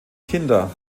kinder